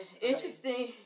interesting